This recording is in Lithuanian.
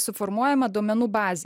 suformuojama duomenų bazė